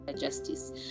justice